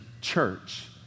church